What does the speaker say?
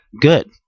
good